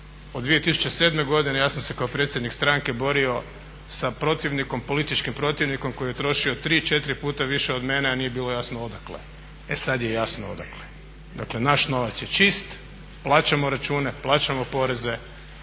Od 2007. godine ja sam se kao predsjednik stranke borio sa protivnikom, politički protivnikom koji je trošio 3-4 puta više od mene, a nije bilo jasno odakle. E sad je jasno odakle. Dakle naš novac je čist, plaćamo račune, plaćamo poreze,